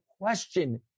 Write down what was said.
question